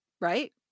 right